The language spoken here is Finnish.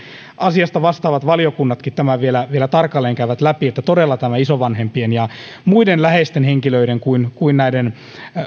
asiasta vastaavat valiokunnatkin tämän vielä vielä tarkalleen käyvät läpi että todella nämä isovanhempien ja muiden läheisten henkilöiden kuin kuin